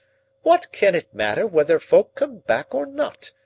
what can it matter whether folk come back or not?